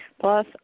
Plus